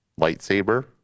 lightsaber